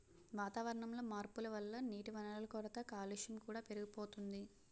వాతావరణంలో మార్పుల వల్ల నీటివనరుల కొరత, కాలుష్యం కూడా పెరిగిపోతోంది